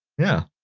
yeah.